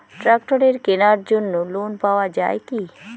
ট্রাক্টরের কেনার জন্য লোন পাওয়া যায় কি?